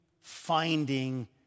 finding